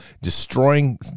destroying